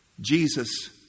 Jesus